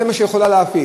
זה מה שהיא יכולה להפיק.